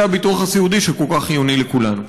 הביטוח הסיעודי שהוא כל כך חיוני לכולנו.